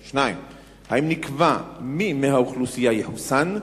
2. האם נקבע מי מהאוכלוסייה יחוסן?